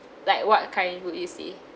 like what kind would you see